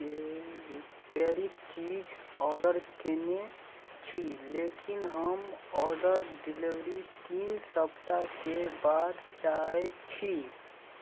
पैरीक चीज ऑर्डर कयने छी लेकिन हम ऑर्डर डिलीवरी तीन सप्ताहके बाद चाहैत छी